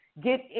get